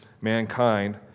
mankind